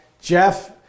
Jeff